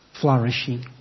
flourishing